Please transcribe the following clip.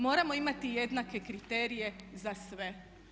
Moramo imati jednake kriterije za sve.